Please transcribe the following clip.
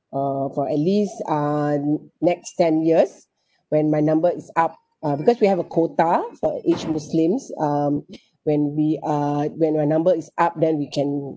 uh for at least uh next ten years when my number is up uh because we have a quota for each muslims um when we are when your number is up then we can